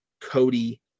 Cody